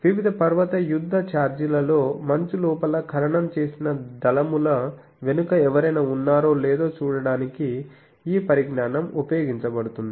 వివిధ పర్వత యుద్ధ ఛార్జీలలో మంచు లోపల ఖననం చేసిన దళముల వెనుక ఎవరైనా ఉన్నారో లేదో చూడటానికి ఈ పరిజ్ఞానం ఉపయోగించబడుతుంది